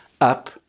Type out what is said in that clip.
Up